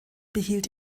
behielt